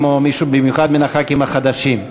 במיוחד מחברי הכנסת החדשים: